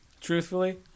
truthfully